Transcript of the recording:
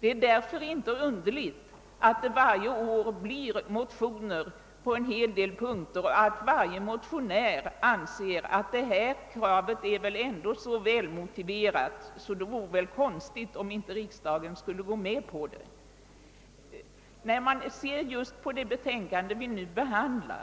Det är därför inte underligt att det varje år väcks motioner på en hel del punkter och att varje motionär anser att hans krav är så välmotiverat att det vore anmärkningsvärt om riksdagen inte skulle tillgodose det. De motioner som tas upp i det utlåtande vi i dag har att behandla